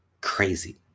crazy